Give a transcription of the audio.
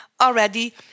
already